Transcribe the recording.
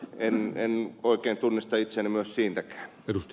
en oikein tunnista itseäni myöskään siitä